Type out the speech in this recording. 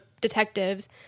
detectives